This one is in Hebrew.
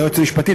ליועצת המשפטית,